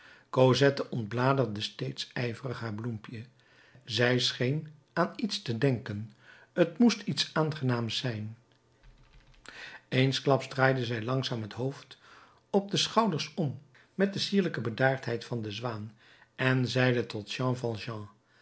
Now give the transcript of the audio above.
cosette ontbladerde steeds ijverig haar bloempje zij scheen aan iets te denken t moest iets aangenaams zijn eensklaps draaide zij langzaam het hoofd op de schouders om met de sierlijke bedaardheid van de zwaan en zeide tot